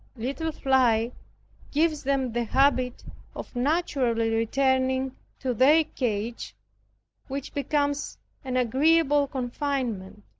little flight gives them the habit of naturally returning to their cage which becomes an agreeable confinement.